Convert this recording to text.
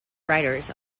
writers